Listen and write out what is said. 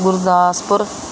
Gurdaspur